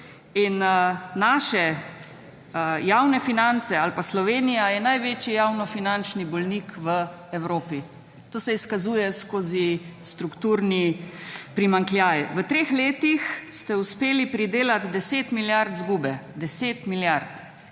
in naše javne finance ali pa Slovenija je največji javnofinančni bolnik v Evropi. To se izkazuje skozi strukturni primanjkljaj. V treh letih ste uspeli pridelat 10 milijard izgube – 10 milijard!